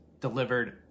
delivered